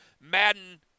Madden